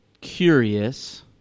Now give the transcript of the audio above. curious